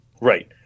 right